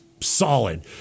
Solid